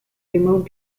removed